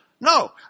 No